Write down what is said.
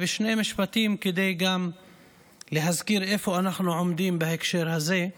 שני משפטים כדי גם להזכיר איפה אנחנו עומדים בהקשר הזה.